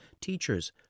teachers